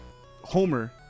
Homer